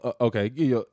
Okay